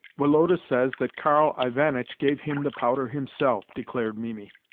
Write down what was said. woloda says that karl ivanitch gave him the powder himself, declared mimi.